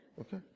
okay